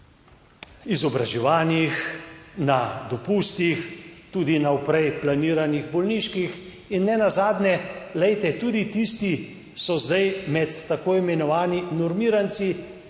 na izobraževanjih, na dopustih, tudi v naprej planiranih bolniških in nenazadnje, glejte, tudi tisti so zdaj med tako imenovanimi normiranci,